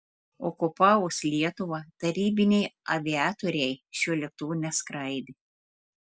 okupavus lietuvą tarybiniai aviatoriai šiuo lėktuvu neskraidė